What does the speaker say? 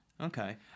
Okay